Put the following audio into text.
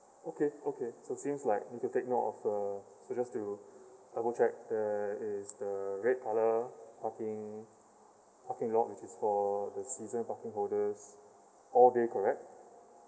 okay okay so seems like need to take note of uh so just to I'll go check there is the red colour parking parking lot which is called the season parking holders all being correct